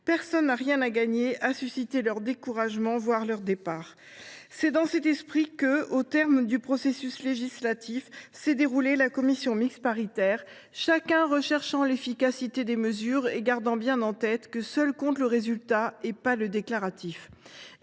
Personne n’a rien à gagner à susciter leur découragement, voire leur départ. C’est dans cet esprit que, au terme du processus législatif, s’est déroulée la commission mixte paritaire, chacun visant l’efficacité, tout en gardant bien en tête que seul compte le résultat, et non les déclarations.